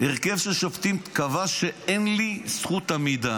הרכב של שופטים קבע שאין לי זכות עמידה.